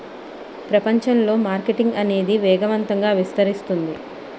ప్రపంచంలో మార్కెటింగ్ అనేది వేగవంతంగా విస్తరిస్తుంది